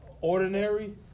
ordinary